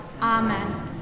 Amen